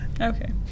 Okay